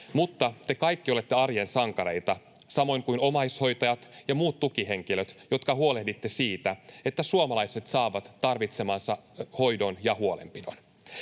Mutta te kaikki olette arjen sankareita, samoin kuin omaishoitajat ja muut tukihenkilöt, jotka huolehditte siitä, että suomalaiset saavat tarvitsemansa hoidon ja huolenpidon.